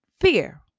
fear